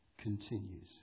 continues